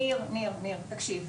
ניר, ניר, ניר, תקשיב,